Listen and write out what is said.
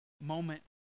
moment